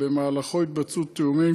שבמהלכו התבצעו תיאומים,